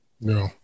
No